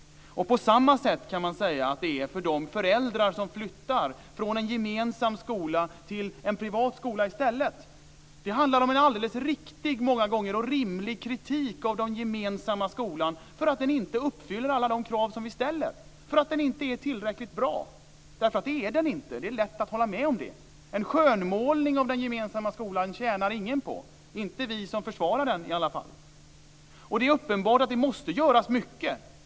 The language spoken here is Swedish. På samma sätt kan man säga att det är med de föräldrar som flyttar från en gemensam skola till en privat skola. Det handlar om en många gånger alldeles riktig och rimlig kritik av den gemensamma skolan - för att den inte uppfyller alla de krav som vi ställer, för att den inte är tillräckligt bra. Det är den nämligen inte; det är lätt att hålla med om det. En skönmålning av den gemensamma skolan tjänar ingen på - inte vi som försvarar den, i alla fall. Det är uppenbart att det måste göras mycket.